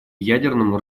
ядерному